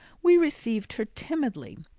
we received her timidly,